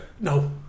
No